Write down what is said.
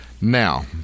Now